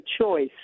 choice